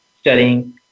studying